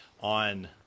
on